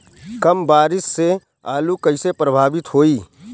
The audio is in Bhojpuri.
कम बारिस से आलू कइसे प्रभावित होयी?